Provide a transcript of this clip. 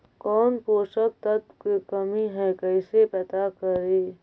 कौन पोषक तत्ब के कमी है कैसे पता करि?